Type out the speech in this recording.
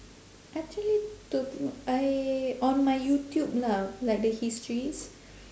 actually to I on my youtube lah like the histories